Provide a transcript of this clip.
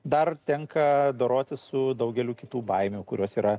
dar tenka dorotis su daugeliu kitų baimių kurios yra